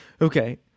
Okay